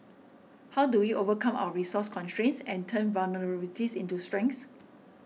how do we overcome our resource constraints and turn vulnerabilities into strengths